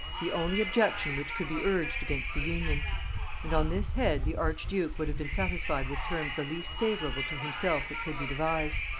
the only objection which could be urged against the union and on this head the archduke would have been satisfied with terms the least favorable to himself that could be devised.